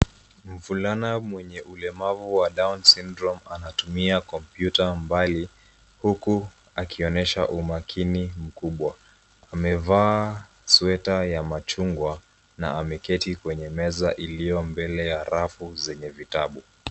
Mvulana mwenye ulemavu wa Down syndrome anatumia kompyuta mbali, huku akionyesha umakini mkubwa. Amevaa sweta ya machungwa na ameketi kwenye meza iliyo mbele ya rafu zenye vitabu.